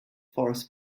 forest